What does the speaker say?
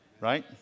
right